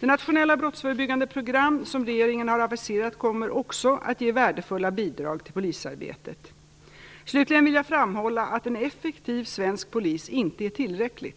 Det nationella brottsförebyggande program som regeringen har aviserat kommer också att ge värdefulla bidrag till polisarbetet. Slutligen vill jag framhålla att en effektiv svensk polis inte är tillräcklig.